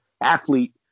athlete